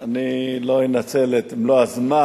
אני לא אנצל את מלוא הזמן.